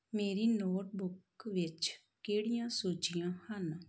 ਮੇਰੀ ਨੋਟਬੁੱਕ ਵਿੱਚ ਕਿਹੜੀਆਂ ਸੂਚੀਆਂ ਹਨ